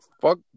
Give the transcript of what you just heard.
fuck